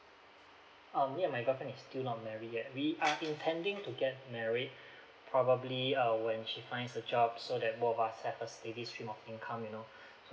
um me and my girlfriend is still not married yet we are intending to get married probably uh when she finds a job so that both of us have a steady stream of income you know